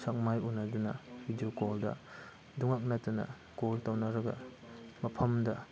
ꯁꯛ ꯃꯥꯏ ꯎꯟꯅꯗꯨꯅ ꯚꯤꯗꯤꯑꯣ ꯀꯣꯜꯗ ꯑꯗꯨꯉꯥꯛ ꯅꯠꯇꯅ ꯀꯣꯜ ꯇꯧꯅꯔꯒ ꯃꯐꯝꯗ